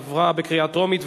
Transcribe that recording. עברה בקריאה טרומית,